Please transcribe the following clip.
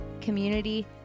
community